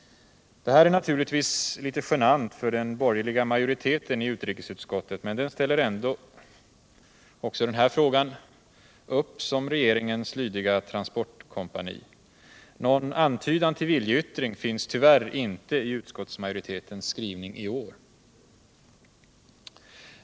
Det här är naturligtvis litet genant för den borgerliga majoriteten i utrikesutskottet, men den ställer — också i denna fråga — upp som regeringens lydiga transportkompani. Någon antydan till viljeyttring finns tyvärr inte i utskottsmajoritetens skrivning i år.